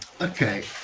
Okay